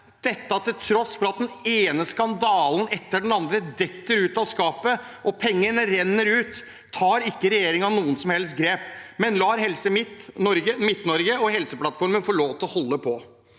Til tross for at den ene skandalen etter den andre detter ut av skapet og pengene renner ut, tar ikke regjeringen noen som helst grep, men lar Helse Midt-Norge og Helseplattformen få lov til å holde på.